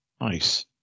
Nice